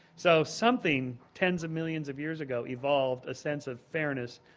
so something tens of millions of years ago evolved, a sense of fairness,